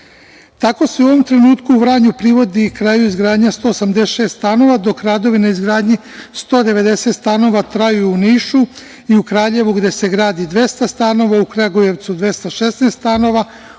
više. Tako se u ovom trenutku u Vranju privodi kraju izgradnja 186, dok radovi na izgradnji 190 stanova traju u Nišu i u Kraljevu, gde se gradi 200 stanova, u Kragujevcu 216 stanova,